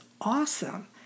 awesome